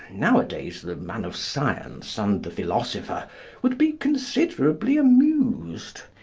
nowadays the man of science and the philosopher would be considerably amused.